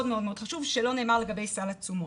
מאוד חשוב שלא נאמר לגבי סל התשומות.